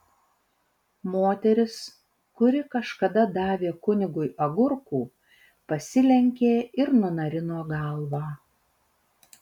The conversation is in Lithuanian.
moteris kuri kažkada davė kunigui agurkų pasilenkė ir nunarino galvą